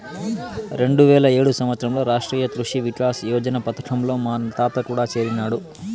రెండువేల ఏడు సంవత్సరంలో రాష్ట్రీయ కృషి వికాస్ యోజన పథకంలో మా తాత కూడా సేరినాడు